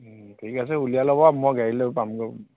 ঠিক আছে উলিয়ালে বাৰু মই গাড়ী লৈ পামগৈ